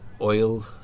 oil